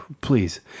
Please